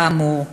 כאמור.